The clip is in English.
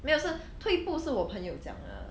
没有是退步是我朋友讲的